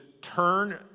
turn